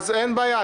אין בעיה.